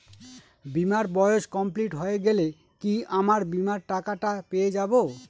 বীমার বয়স কমপ্লিট হয়ে গেলে কি আমার বীমার টাকা টা পেয়ে যাবো?